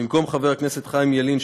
במקום חבר הכנסת חיים ילין,